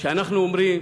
כשאנחנו אומרים: